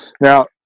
now